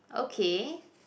okay